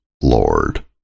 Lord